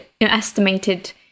estimated